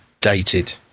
dated